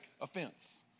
offense